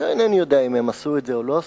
אינני יודע אם הם עשו את זה או לא,